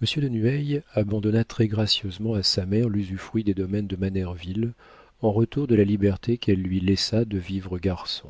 de nueil abandonna très gracieusement à sa mère l'usufruit des domaines de manerville en retour de la liberté qu'elle lui laissa de vivre garçon